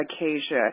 Acacia